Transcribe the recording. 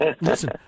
Listen